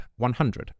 100